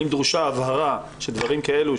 האם דרושה הבהרה שדברים כאלו,